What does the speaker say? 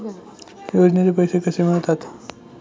योजनेचे पैसे कसे मिळतात?